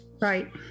Right